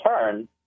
turn